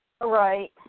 Right